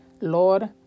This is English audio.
Lord